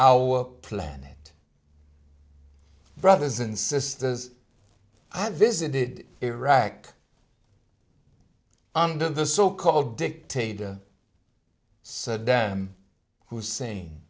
our planet brothers and sisters i visited iraq under the so called dictator sadam hussein